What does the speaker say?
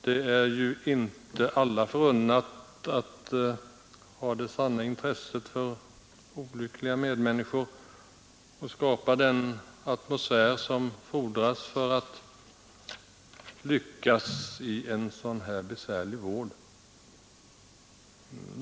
Det är ju inte alla förunnat att ha det sanna intresset för olyckliga medmänniskor och skapa den atmosfär som fordras för att lyckas med sådan här besvärlig vård.